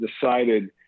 decided